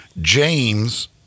James